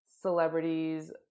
celebrities